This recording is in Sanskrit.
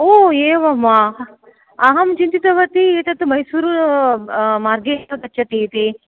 ओ एवं वा अहं चिन्तितवती एतत् मैसूरु मार्गेण गच्छति इति